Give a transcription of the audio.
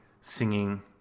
singing